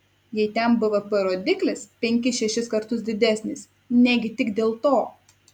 jei ten bvp rodiklis penkis šešis kartus didesnis negi tik dėl to